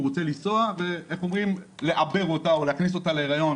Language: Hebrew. הוא רוצה לנסוע ואיך אומרים "לעבר" אותה או להכניס אותה להריון,